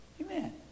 Amen